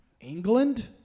England